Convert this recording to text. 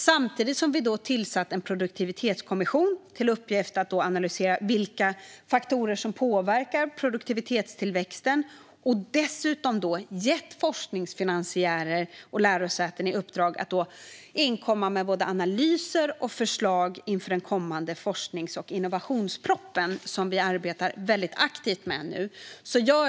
Samtidigt har vi tillsatt en produktivitetskommission som har till uppgift att analysera vilka faktorer som påverkar produktivitetstillväxten. Dessutom har vi gett forskningsfinansiärer och lärosäten i uppdrag att inkomma med både analyser och förslag inför den kommande forsknings och innovationspropositionen, som vi arbetar väldigt aktivt med nu.